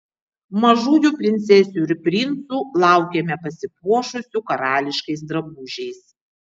mažųjų princesių ir princų laukiame pasipuošusių karališkais drabužiais